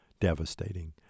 devastating